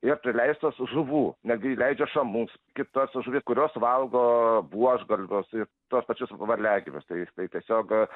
ir prileistos žuvų netgi įleidžia šamus kitas žuvis kurios valgo buožgalvius ir tuos pačius varliagyvius tai tai tiesiog